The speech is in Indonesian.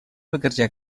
bekerja